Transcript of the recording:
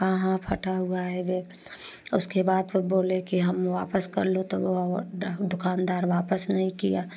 हाँ हाँ फटा हुआ है बैग उसके बाद फ़िर बोले कि हम वापस कर लो तो वो वो डा दुकानदार वापस नहीं किया